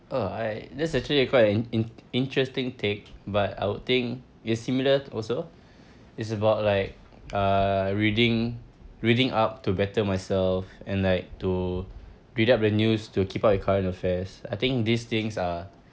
uh I that's actually a quite in in~ interesting take but I would think it's similar also it's about like uh reading reading up to better myself and like to read up the news to keep up with current affairs I think these things are